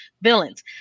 villains